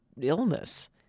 illness